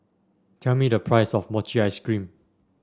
tell me the price of Mochi Ice Cream